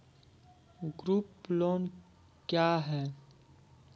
Group loan क्या है?